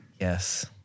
Yes